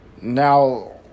now